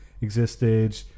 existed